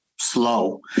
slow